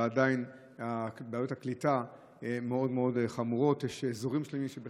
ועדיין בעיות הקליטה מאוד מאוד חמורותף ויש אזורים שאין